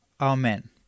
Amen